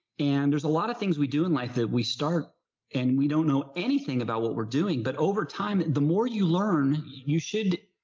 and there's a lot of things we do in life that we start and we don't know anything about what we're doing, but over time, the more you learn, you should.